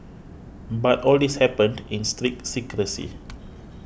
but all this happened in strict secrecy